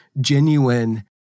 genuine